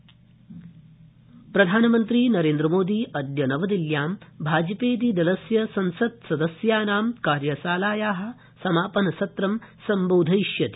प्रधानमन्त्री कार्यशाला प्रधानमन्त्री नरेन्द्रमोदी अद्य नवदिल्ल्यां भाजपेति दलस्य संसत्सदस्यानां कार्यशालाया समापनसत्रं सम्बोधयिष्यति